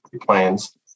plans